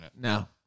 No